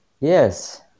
Yes